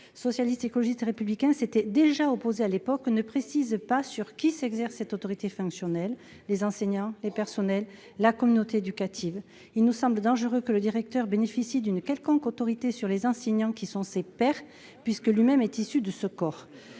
Socialiste, Écologiste et Républicain s'étaient déjà opposés à l'époque, ne précise pas sur qui s'exerce cette autorité fonctionnelle : enseignants, personnels ou communauté éducative. Il nous semble dangereux que le directeur exerce une quelconque autorité sur les enseignants, qui sont ses pairs, puisqu'il est issu du même corps